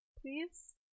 please